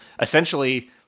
essentially